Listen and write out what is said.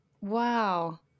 wow